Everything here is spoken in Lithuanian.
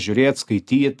žiūrėt skaityt